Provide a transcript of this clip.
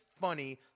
funny